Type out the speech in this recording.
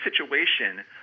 situation